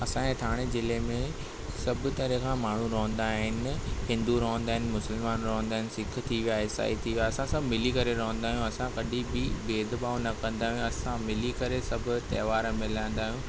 असांजे ठाणे ज़िले में सभ तरह खां माण्हू रहंदा आहिनि हिंदु रहंदा आहिनि मुस्लिम रहंदा आहिनि सिख थी विया इसाई थी विया असां सभ मिली करे रहंदा आहियूं असां कॾहिं बि भेद भाव न कंदा आहियूं असां मिली करे सभु त्योहार मिलाईंदा आहियूं